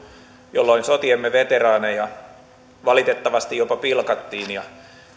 jolloin sotiemme veteraaneja valitettavasti jopa pilkattiin ja